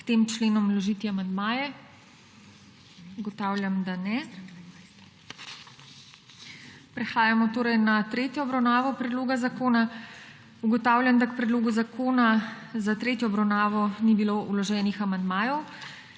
k tem členom vložiti amandmaje. Ugotavljam, da ne. Prehajamo torej na **tretjo obravnavo** predloga zakona. Ugotavljam, da k predlogu zakona za tretjo obravnavo ni bilo vloženih amandmajev.